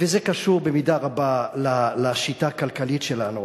וזה קשור במידה רבה לשיטה הכלכלית שלנו.